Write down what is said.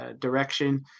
direction